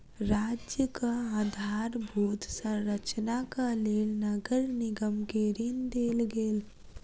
राज्यक आधारभूत संरचनाक लेल नगर निगम के ऋण देल गेल